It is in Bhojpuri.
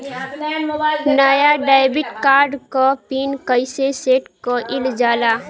नया डेबिट कार्ड क पिन कईसे सेट कईल जाला?